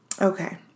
okay